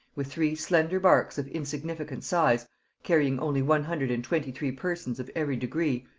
with three slender barks of insignificant size carrying only one hundred and twenty-three persons of every degree,